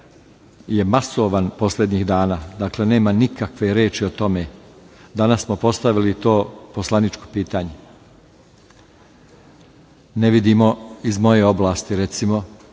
je masovan poslednjih dana. Dakle, nema nikakve reči o tome. Danas smo postavili to poslaničko pitanje. Ne vidimo iz moje oblasti, recimo,